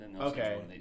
Okay